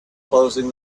closing